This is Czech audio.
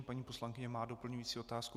Paní poslankyně má doplňující otázku.